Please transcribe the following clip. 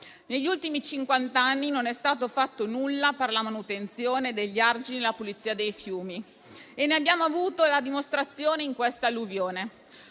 negli ultimi cinquant'anni non è stato fatto nulla per la manutenzione degli argini e per la pulizia dei fiumi. Ne abbiamo avuto la dimostrazione in questa alluvione.